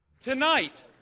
Tonight